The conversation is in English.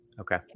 Okay